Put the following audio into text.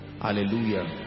hallelujah